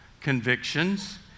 convictions